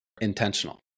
intentional